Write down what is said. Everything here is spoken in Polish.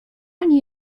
ani